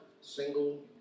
single